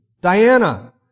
Diana